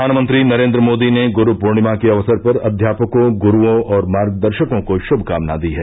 प्रधानमंत्री नरेन्द्र मोदी ने गुरू पूर्णिमा के अवसर पर अध्यापकों गुरूओं और मार्गदर्शकों को शुभकामना दी है